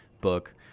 book